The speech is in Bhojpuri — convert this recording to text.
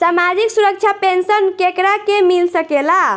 सामाजिक सुरक्षा पेंसन केकरा के मिल सकेला?